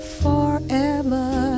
forever